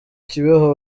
kibeho